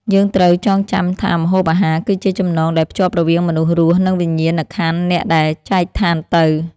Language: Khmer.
យើងត្រូវចងចាំថាម្ហូបអាហារ គឺជាចំណងដែលភ្ជាប់រវាងមនុស្សរស់ និងវិញ្ញាណក្ខន្ធអ្នកដែលចែកឋានទៅ។